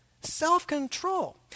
self-control